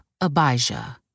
Abijah